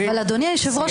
אדוני היושב-ראש,